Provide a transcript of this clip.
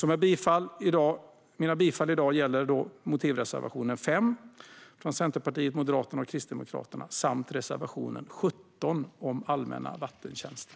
Mina bifallsyrkanden i dag gäller motivreservationen 5, från Centerpartiet, Moderaterna och Kristdemokraterna, samt reservation 16 om allmänna vattentjänster.